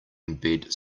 embed